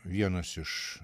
vienas iš